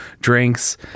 drinks